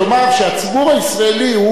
לומר שהציבור הישראלי,